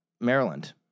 Maryland